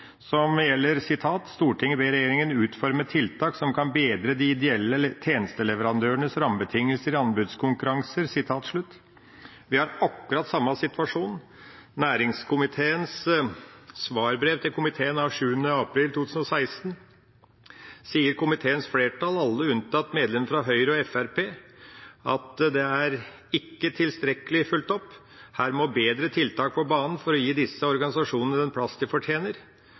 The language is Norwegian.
som gjelder: «Stortinget ber regjeringen utforme tiltak som kan bedre de ideelle tjenesteleverandørenes rammebetingelser i anbudskonkurranser.» Her har vi akkurat samme situasjon. I næringskomiteens svarbrev til kontrollkomiteen av 7. april 2016 sa næringskomiteens flertall, alle unntatt medlemmene fra Høyre og Fremskrittspartiet, at dette ikke er tilstrekkelig fulgt opp – og videre: «Her må bedre tiltak på banen for å gi disse organisasjonene den plass de fortjener.»